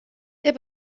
der